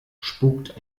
spukt